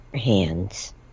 hands